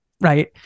right